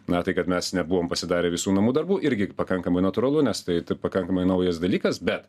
na tai kad mes nebuvom pasidarę visų namų darbų irgi pakankamai natūralu nes tai tai pakankamai naujas dalykas bet